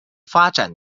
发展